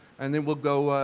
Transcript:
and then we'll go,